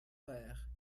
vayres